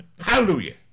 Hallelujah